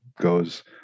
goes